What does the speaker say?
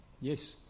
yes